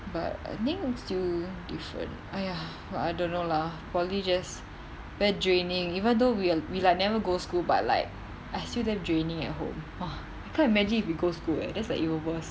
but I think still different !aiya! but I don't know lah poly just very draining even though we are we like never go school but like I still damn draining at home !wah! I can't imagine if we go school eh that's like even worse